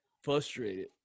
frustrated